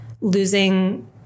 losing